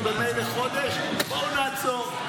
שממילא יש לנו חודש, בואו נעצור.